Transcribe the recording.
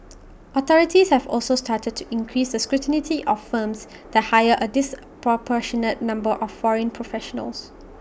authorities have also started to increase the scrutiny of firms that hire A disproportionate number of foreign professionals